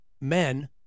men